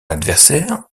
adversaire